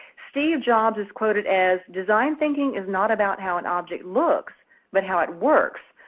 steve jobs is quoted as, design thinking is not about how an object looks but how it works.